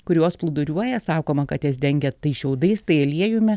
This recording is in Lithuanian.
kurios plūduriuoja sakoma kad jas dengia tai šiaudais tai aliejumi